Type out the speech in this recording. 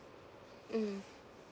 mm